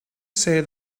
say